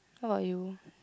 how about you